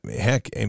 heck